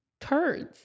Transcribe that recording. turds